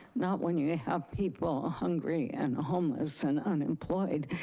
not when you have people hungry and homeless and unemployed.